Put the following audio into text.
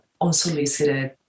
unsolicited